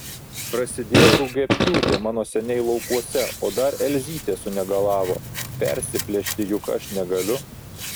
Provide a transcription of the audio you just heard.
prasidėjo rugiapjūtė mano seniai laukuose o dar elzytė sunegalavo persiplėšti juk aš negaliu